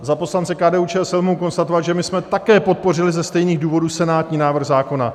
Za poslance KDUČSL mohu konstatovat, že my jsme také podpořili ze stejných důvodů senátní návrh zákona.